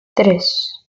tres